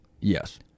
Yes